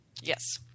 Yes